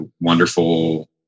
wonderful